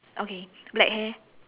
okay black hair